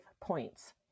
points